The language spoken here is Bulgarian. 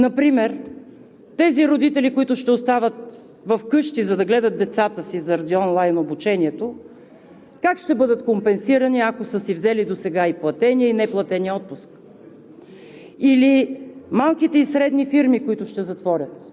Излизат много въпроси, които вълнуват хората. Например тези родители, които ще остават вкъщи, за да гледат децата си заради онлайн обучението, как ще бъдат компенсирани, ако са си взели досега и платени, и неплатени отпуски?